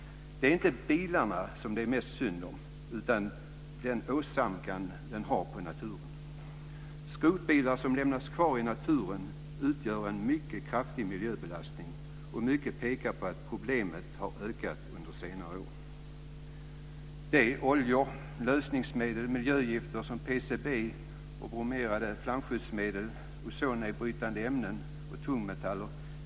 Det är inte bilarna det är synd om. Det tråkiga är den åsamkan de har på naturen. Skrotbilar som lämnas kvar i naturen utgör en mycket kraftig miljöbelastning, och mycket pekar på att problemet har ökat under senare år. Det är oljor, lösningsmedel, miljögifter som PCB och bromerade flamskyddsämnen, ozonnedbrytande ämnen och tungmetaller.